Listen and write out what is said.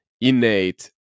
innate